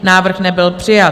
Návrh nebyl přijat.